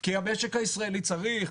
כי המשק הישראלי צריך,